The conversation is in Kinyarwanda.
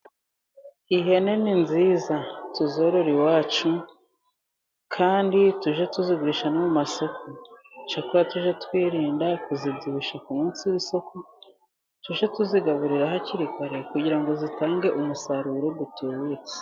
Ihene ni nziza, tuzorore iwacu, kandi tuge tuzigurisha mu masoko, cyakora tuge twirinda kuzibyibushya ku munsi w'isoko, tuge tuzigaburira hakiri kare, kugira ngo zitange umusaruro utubutse.